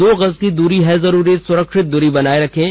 दो गज की दूरी है जरूरी सुरक्षित दूरी बनाए रखें